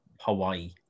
Hawaii